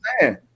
man